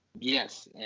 yes